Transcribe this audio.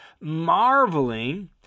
marveling